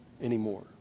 anymore